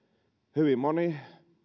hyvin moni